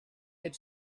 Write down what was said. had